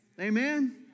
Amen